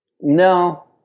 No